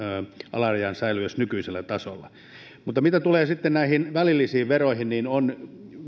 sen alarajan säilyessä nykyisellä tasolla mitä tulee sitten näihin välillisiin veroihin niin